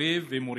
חברי ומורי.